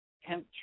hemp